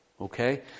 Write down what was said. okay